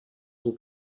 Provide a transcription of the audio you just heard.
will